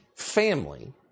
family